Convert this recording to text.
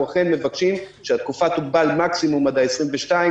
אנחנו אכן מבקשים שהתקופה תוגבל מקסימום עד ה-22,